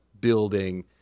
building